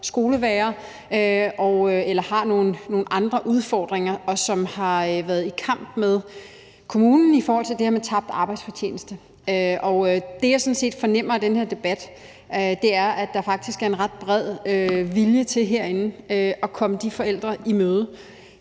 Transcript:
skolevægrer eller har nogle andre udfordringer, og som har været i kamp med kommunen i forhold til det her med tabt arbejdsfortjeneste. Og det, jeg sådan set fornemmer i den her debat, er, at der faktisk er en ret bred vilje herinde til at komme de forældre i møde.